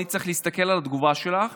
אני צריך להסתכל על התגובה שלך